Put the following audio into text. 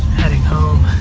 heading home.